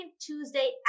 Tuesday